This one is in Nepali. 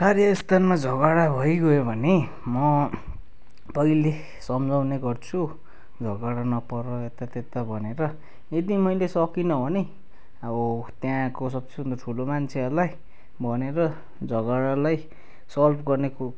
कार्यस्थलमा झगडा भइगयो भने म पहिले सम्झाउने गर्छु झगडा नपर यतात्यता भनेर यदि मैले सकिनँ भने अब त्यहाँको सबसे भन्दा ठुलो मान्छेहरूलाई भनेर झगडालाई सल्भ गर्ने कु